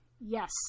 Yes